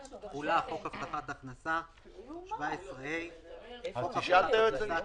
חוק הבטחת הכנסה 17ה. חוק הבטחת הכנסה,